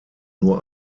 nur